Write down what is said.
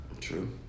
True